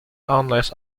unless